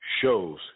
shows